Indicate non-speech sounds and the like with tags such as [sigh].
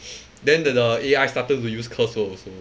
[noise] then the the A_I started to use curse word also